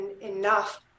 enough